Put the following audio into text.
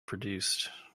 produced